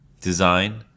design